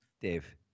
Dave